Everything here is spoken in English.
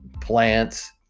plants